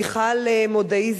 מיכל מודעי,